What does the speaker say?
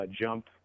jump